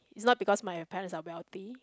it's not because my parents are wealthy